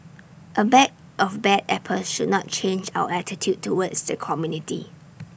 A bag of bad apples should not change our attitude towards the community